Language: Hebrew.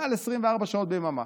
מעל 24 שעות ביממה,